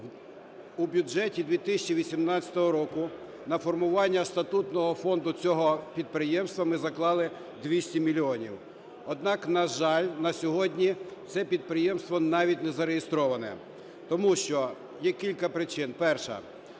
У бюджеті 2018 року на формування статутного фонду цього підприємства ми заклали 200 мільйонів. Однак, на жаль, на сьогодні це підприємство навіть не зареєстроване, тому що є кілька причин. Перша.